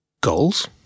goals